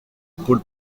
pôle